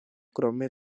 krome